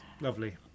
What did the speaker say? Lovely